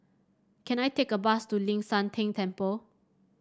can I take a bus to Ling San Teng Temple